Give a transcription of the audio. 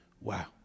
wow